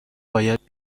باید